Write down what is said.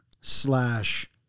slash